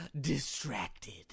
distracted